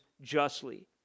justly